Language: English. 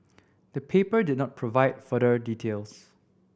the paper did not provide further details